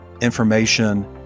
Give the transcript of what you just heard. information